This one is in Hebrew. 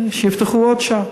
שיפתחו עוד שעה.